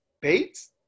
Bates